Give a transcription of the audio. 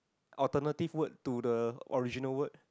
alternative word to the original word